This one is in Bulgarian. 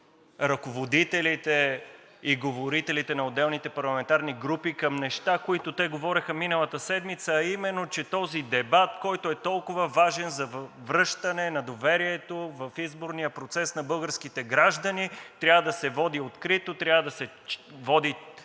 тук ръководителите и говорителите на отделните парламентарни групи към неща, които те говореха миналата седмица, а именно, че този дебат, който е толкова важен за връщане на доверието в изборния процес на българските граждани, трябва да се води открито, трябва да се води